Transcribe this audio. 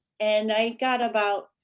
and i got about,